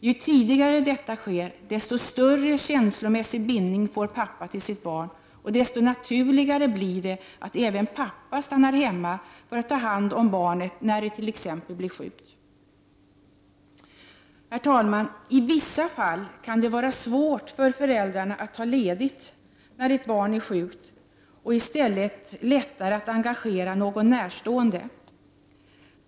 Ju tidigare detta sker, desto större känslomässig bindning får pappan till sitt barn och desto naturligare blir det att även pappa stannar hemma för att ta hand om barnet när det t.ex. blir sjukt. Herr talman! I vissa fall kan det vara svårt för föräldrarna att ta ledigt när ett barn är sjukt och i stället lättare att engagera någon närstående.